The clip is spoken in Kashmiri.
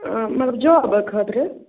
مطلب جابہٕ خٲطرٕ